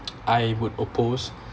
I would oppose